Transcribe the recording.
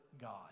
God